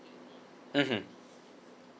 mmhmm